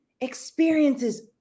experiences